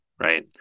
right